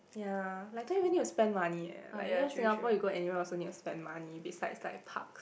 ya like don't even need to spend money eh like you know Singapore you go anyway also need to spend money besides like parks